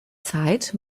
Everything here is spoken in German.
zeit